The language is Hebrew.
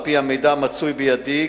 על-פי המידע המצוי בידי,